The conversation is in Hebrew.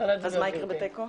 מה יקרה בתיקו?